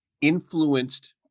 influenced